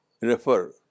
refer